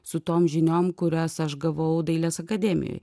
su tom žiniom kurias aš gavau dailės akademijoj